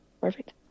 Perfect